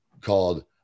called